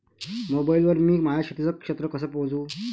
Mobile वर मी माया शेतीचं क्षेत्र कस मोजू?